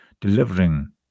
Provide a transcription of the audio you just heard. delivering